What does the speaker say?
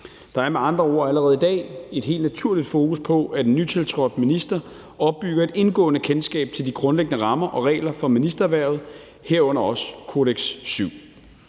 Der er med andre ord allerede i dag et helt naturligt fokus på, at en nytiltrådt minister opbygger et indgående kendskab til de grundlæggende rammer og regler for ministerhvervet, herunder også »Kodex